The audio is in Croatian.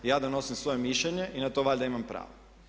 Ja donosim svoje mišljenje i na to valjda imam pravo.